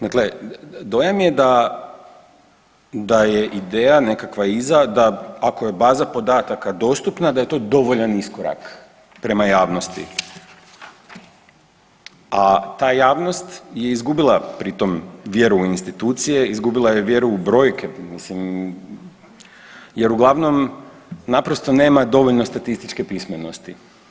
Dakle, dojam je da, da je ideja nekakva iza da ako je baza podataka dostupna da je to dovoljan iskorak prema javnosti, a ta javnost je izgubila pri tom vjeru u institucije i izgubila je vjeru u brojke mislim jer uglavnom naprosto nema dovoljno statističke pismenosti.